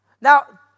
Now